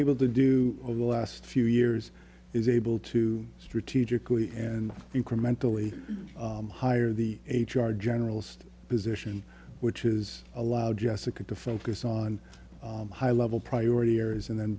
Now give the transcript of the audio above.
able to do over the last few years is able to strategically and incrementally hire the h r generalist position which is allowed jessica to focus on high level priority areas and then